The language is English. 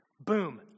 Boom